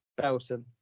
Belson